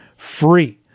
free